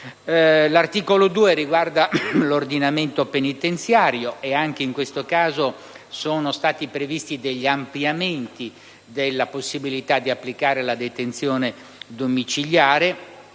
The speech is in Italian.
L'articolo 2 riguarda l'ordinamento penitenziario, e anche in questo caso sono stati previsti ampliamenti della possibilità di applicare la detenzione domiciliare;